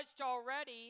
already